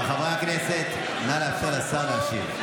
חברי הכנסת, נא לאפשר לשר להשיב.